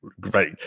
great